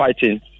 fighting